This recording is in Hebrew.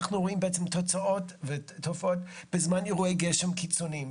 אנחנו רואים בעצם תוצאות ותופעות בזמן אירועי גשם קיצוניים,